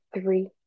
three